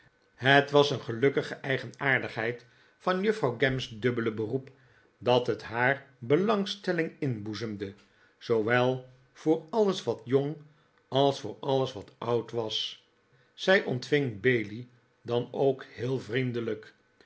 het was een gelukkige eigenaardigheid van juffrouw gamp's dubbele beroep dat het haar belangstelling inboezemde zoowel voor alles wat jong als voor alles wat oud was zij ontving bailey dan ook heel vriendelijk